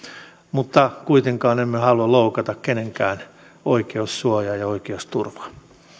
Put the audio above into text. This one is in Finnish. mutta kuitenkaan emme halua loukata kenenkään oikeussuojaa ja oikeusturvaa